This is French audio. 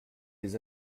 des